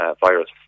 virus